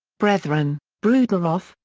brethren, bruderhof,